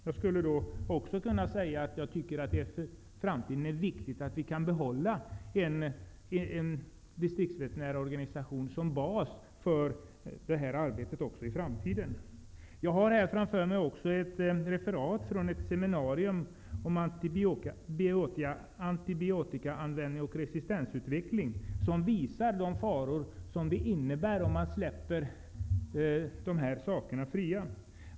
Jag anser därför att det är viktigt att vi i framtiden kan behålla en distriktsveterinärorganisation som bas för detta arbete. Jag har framför mig ett referat från ett seminarium om antibiotikaanvändning och resistensutveckling som visar vilka faror det innebär om man släpper antibiotika fritt.